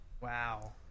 Wow